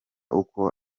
uko